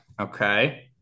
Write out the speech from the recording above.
Okay